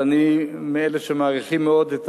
אבל אני מאלה שמעריכים מאוד את